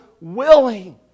willing